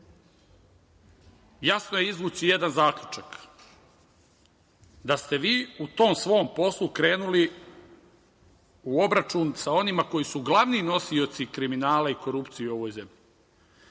jasno je izvući jedan zaključak, da ste vi u tom svom poslu krenuli u obračun sa onima koji su glavni nosioci kriminala i korupcije u ovoj zemlji. Mogli